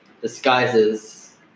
disguises